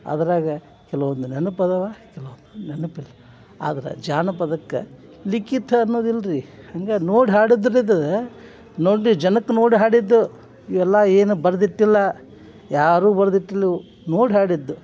ಅದರಾಗ ಕೆಲವೊಂದು ನೆನಪು ಅದಾವ ಕೆಲವೊಂದು ನೆನಪಿಲ್ಲ ಆದ್ರೆ ಜಾನಪದಕ್ಕೆ ಲಿಖಿತ ಅನ್ನೋದು ಇಲ್ಲ ರೀ ಹಂಗೆ ನೋಡಿ ಹಾಡುದ್ರ್ ನೋಡಿರಿ ಜನಕ್ಕೆ ನೋಡಿ ಹಾಡಿದ್ದು ಇವೆಲ್ಲ ಏನು ಬರೆದಿಟ್ಟಿಲ್ಲ ಯಾರೂ ಬರ್ದು ಇಟ್ಟಿಲ್ಲ ಇವು ನೋಡಿ ಹಾಡಿದ್ದು